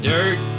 Dirt